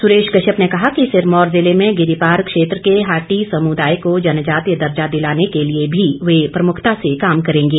सुरेश कश्यप ने कहा कि सिरमौर जिले में गिरीपार क्षेत्र के हाटी समुदाय को जनजातीय दर्जा दिलाने के लिए भी वे प्रमुखता से काम करेंगे